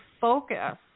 focus